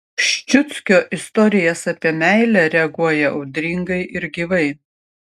ščiuckio istorijas apie meilę reaguoja audringai ir gyvai